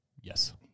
yes